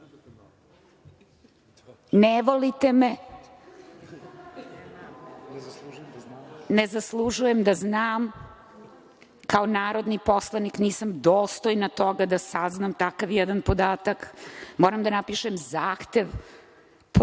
Ne volite me? Ne zaslužujem da znam? Kao narodni poslanik nisam dostojna toga da saznam takav jedan podatak? Moram da napišem zahtev po Zakonu